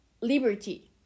liberty